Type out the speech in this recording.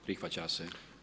Prihvaća se.